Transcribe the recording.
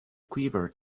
quivered